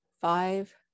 five